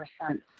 percent